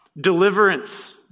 Deliverance